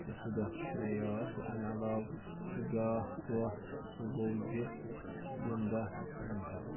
تہِ سُہ دۄہ تہِ چھُ مےٚ یاد تہٕ امہِ علاوٕ چھُ بیٛاکھ دۄہ سُہ گوٚو زِ ییٚمہِ دۄہ